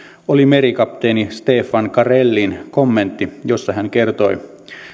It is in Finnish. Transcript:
oli merikapteeni stefan karellin kommentti jossa hän kertoi